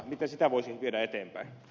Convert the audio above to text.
miten sitä voisi viedä eteenpäin